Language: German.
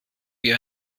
wie